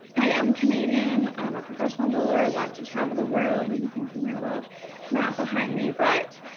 i am canadian. i'm a professional bowler. i love to travel the world, as you can see my little map behind me. but